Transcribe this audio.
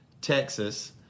Texas